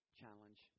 challenge